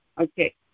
Okay